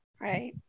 Right